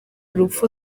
urupfu